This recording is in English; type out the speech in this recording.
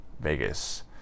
Vegas